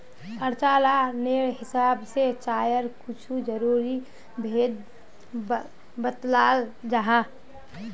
प्रचालानेर हिसाब से चायर कुछु ज़रूरी भेद बत्लाल जाहा